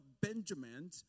Benjamin